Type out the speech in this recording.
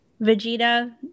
Vegeta